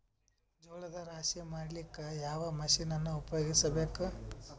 ಜೋಳದ ರಾಶಿ ಮಾಡ್ಲಿಕ್ಕ ಯಾವ ಮಷೀನನ್ನು ಉಪಯೋಗಿಸಬೇಕು?